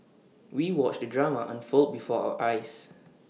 we watched the drama unfold before our eyes